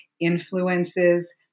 influences